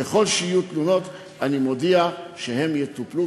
ככל שיהיו תלונות, אני מודיע שהן יטופלו.